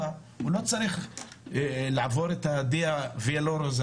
והוא לא צריך לעבור את הויה דולורוזה,